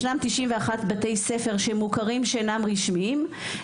ישנם 91 בתי ספר שמוכרים שאינם רשמיים,